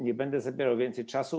Nie będę zabierał więcej czasu.